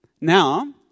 Now